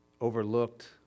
overlooked